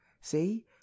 See